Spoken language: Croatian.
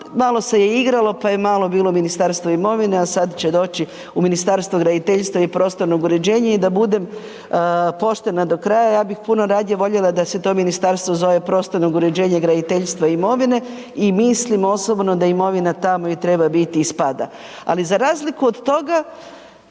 malo se je igralo pa je malo bilo Ministarstvo imovine, a sad će doći u Ministarstvo graditeljstva i prostornog uređenja i da budem poštena do kraja ja bih puno radije voljela da se to ministarstvo zove prostornog uređenja, graditeljstva i imovine i mislim osobno da imovina tamo i treba biti i spada. Ali za razliku od toga,